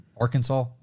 Arkansas